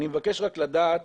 אני מבקש רק לדעת